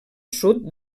sud